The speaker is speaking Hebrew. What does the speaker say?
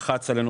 לחץ עלינו,